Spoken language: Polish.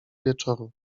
wieczoru